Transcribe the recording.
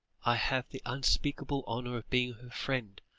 i have the unspeakable honour of being her friend,